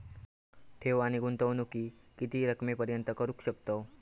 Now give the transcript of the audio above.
ठेव आणि गुंतवणूकी किती रकमेपर्यंत करू शकतव?